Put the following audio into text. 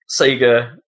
sega